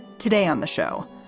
today on the show.